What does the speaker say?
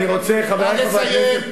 אני רוצה, חברי חברי הכנסת,